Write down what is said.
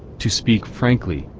to speak frankly,